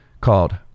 called